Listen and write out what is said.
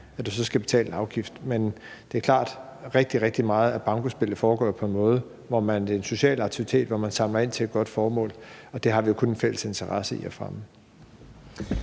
skal du betale en afgift. Men det er klart, at rigtig, rigtig meget af bankospillet foregår på en måde, hvor det er en social aktivitet og man samler ind til et godt formål, og det har vi jo kun en fælles interesse i at fremme.